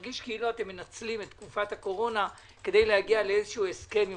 כאילו אתם מנצלים את תקופת הקורונה כדי להגיע להסכם עם